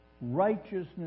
righteousness